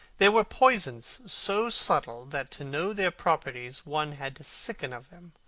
there were poisons so subtle that to know their properties one had to sicken of them.